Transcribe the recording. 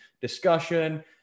discussion